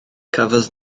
cafodd